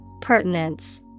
Pertinence